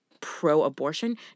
pro-abortion